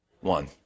One